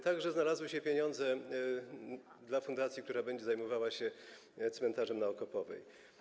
Także znalazły się pieniądze dla fundacji, która będzie zajmowała się cmentarzem na Okopowej.